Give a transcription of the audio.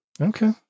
Okay